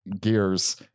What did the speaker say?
gears